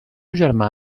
germà